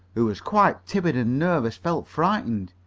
who was quite timid and nervous, felt frightened.